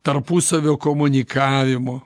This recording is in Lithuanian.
tarpusavio komunikavimo